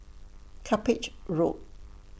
Cuppage Road